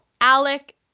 Alec